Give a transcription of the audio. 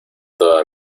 toda